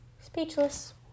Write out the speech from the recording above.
speechless